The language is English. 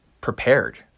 prepared